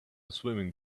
swimming